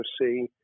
see